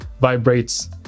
vibrates